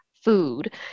food